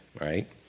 right